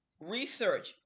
research